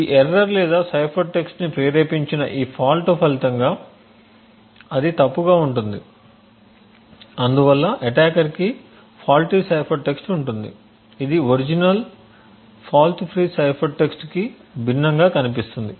ఈ ఎర్రర్ లేదా సైఫర్ టెక్స్ట్ని ప్రేరేపించిన ఈ ఫాల్ట్ ఫలితంగా అది తప్పుగా ఉంటుంది అందువల్ల అటాకర్ కి ఫాల్టీ సైఫర్ టెక్స్ట్ఉంటుంది ఇది original fault free cipher text కి భిన్నంగా కనిపిస్తుంది